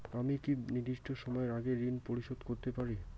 আমি কি নির্দিষ্ট সময়ের আগেই ঋন পরিশোধ করতে পারি?